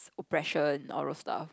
oppression all those stuff